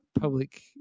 public